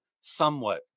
somewhat